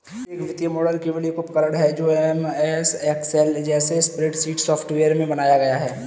एक वित्तीय मॉडल केवल एक उपकरण है जो एमएस एक्सेल जैसे स्प्रेडशीट सॉफ़्टवेयर में बनाया गया है